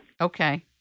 Okay